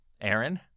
Aaron